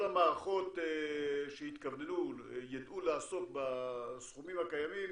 כל המערכות שיתכווננו ויידעו לעסוק בסכומים הקיימים